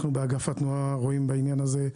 אנחנו באגף התנועה רואים בעניין הזה,